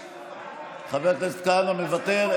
מוותר?